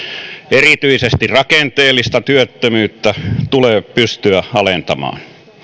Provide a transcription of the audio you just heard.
erityisesti rakenteellista työttömyyttä tulee pystyä alentamaan